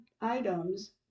items